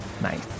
Nice